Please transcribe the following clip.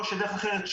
או לדרך אחרת,